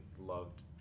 loved